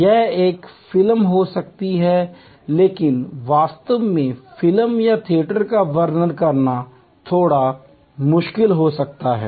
यह एक फिल्म हो सकती है लेकिन वास्तव में फिल्म या थियेटर का वर्णन करना थोड़ा मुश्किल हो सकता है